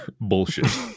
Bullshit